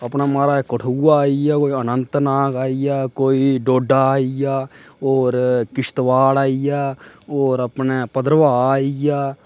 अपना महाराज कठुआ आई गेआ कोई अनंतनाग आई गेआ कोई डोडा आई गेआ होर किश्तवाड़ आई गेआ होर अपना भद्रवाह् आई गेआ